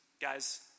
Guys